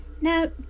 Now